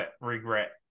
regret